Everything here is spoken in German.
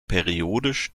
periodisch